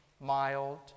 mild